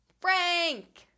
frank